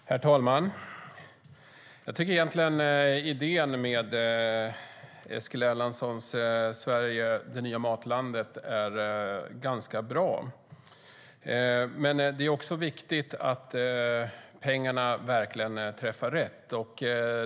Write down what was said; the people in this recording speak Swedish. Herr talman! Jag tycker egentligen att idén med Eskil Erlandssons Sverige - det nya matlandet är ganska bra. Men det är viktigt att pengarna verkligen träffar rätt.